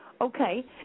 Okay